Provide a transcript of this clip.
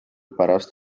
pärast